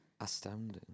Astounding